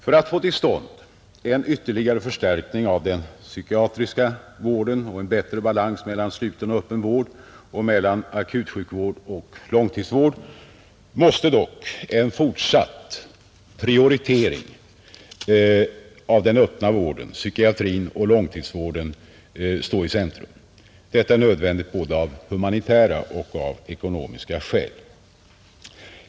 För att få till stånd en ytterligare förstärkning av den psykiatriska vården och en bättre balans mellan sluten och öppen vård och mellan akutsjukvård och långtidsvård måste dock en fortsatt prioritering av den öppna vården, psykiatrin och långtidsvården ställas i centrum. Detta är nödvändigt både av humanitära och av ekonomiska skäl.